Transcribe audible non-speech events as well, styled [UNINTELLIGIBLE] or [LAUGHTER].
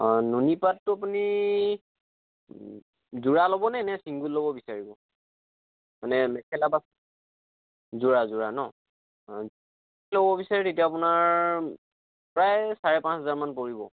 অঁ ননী পাটটো আপুনি যোৰা ল'বনে আপুনি ছিংগল ল'ব বিচাৰিব মানে মেখেলা বা যোৰা যোৰা ন অঁ [UNINTELLIGIBLE] তেতিয়া আপোনাৰ প্ৰায় চাৰে পাঁচহেজাৰমান পৰিব